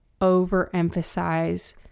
overemphasize